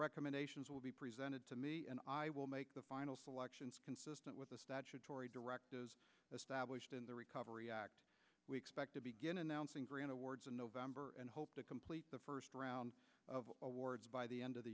recommendations will be presented to me and i will make the final selections consistent with the statutory director established in the recovery act we expect to begin announcing grant awards in november and hope to complete the first round of awards by the end of the